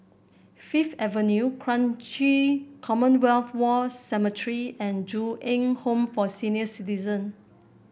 Fifth Avenue Kranji Commonwealth War Cemetery and Ju Eng Home for Senior Citizen